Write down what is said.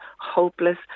hopeless